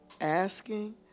asking